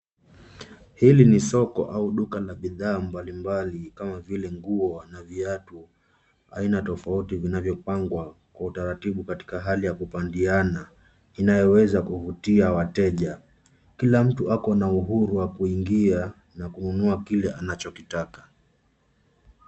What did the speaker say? Hili soko au duka la bidhaa mbali mbali kama vile nguo na vyatu. Aina tofauti vinavyo pangwa kwa utaratibu katika hali ya kupandiana inayo weza kuvutia wateja. Kila mtu ako na uhuru wa kuingia na kununua kile anachokitaka.